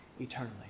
eternally